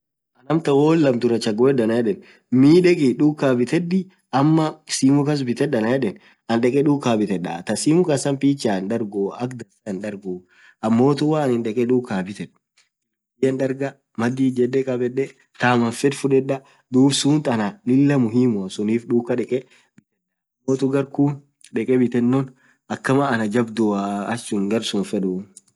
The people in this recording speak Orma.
amtan woo wonn lamm dhurah chaguedh Anan yedhe miii dhekhi dhukha bithedhi ama simu kas bithedh anan yedhe anin dhekhee dhuka biithedha thaa simu kassa picture hindarghuu akha dhansaa hindarguu ammothu woo anin dhekhee dhuka bithedhu dhandhe hindargha madhii ijedhe khabedhe thaam anin fedh fudhedha dhub suuth Lilah anan muhimua sunnif dhuka dhekhee ammothuu garkhun dhekhe biitheno akamma Anna jabdhuaa garsun hinfedhuu